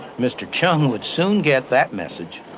mr. cheung would soon get that message.